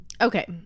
Okay